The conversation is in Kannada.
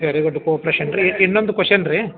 ವೆರಿ ಗುಡ್ ಕೋಪ್ರೆಷನ್ ರೀ ಇನ್ನೊಂದು ಕ್ವಷನ್ ರೀ